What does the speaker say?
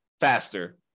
faster